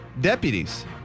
Deputies